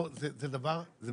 הם